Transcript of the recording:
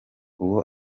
uwo